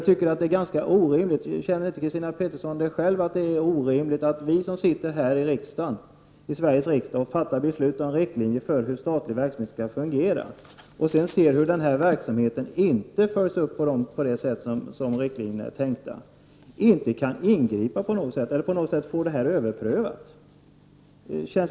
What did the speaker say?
Tycker inte Christina Pettersson själv att det är orimligt att vi som sitter här i Sveriges riksdag och fattar beslut om riktlinjer för hur statlig verksamhet skall fungera inte kan ingripa eller få ett beslut överprövat när vi ser hur verksamheten inte följs upp på det sätt som det var tänkt i riktlinjerna?